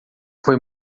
foi